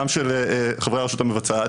גם של חברי הרשות המבצעת.